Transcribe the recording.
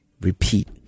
Repeat